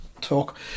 talk